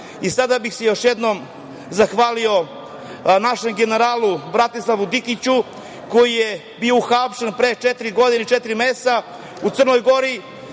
jednom bih se zahvalio našem generalu Bratislavu Dikiću koji je bio uhapšen pre četiri godine i četiri meseca u Crnoj Gori.